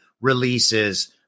releases